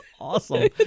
awesome